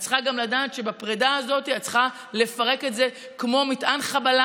את צריכה גם לדעת שבפרידה הזאת את צריכה לפרק את זה כמו מטען חבלה,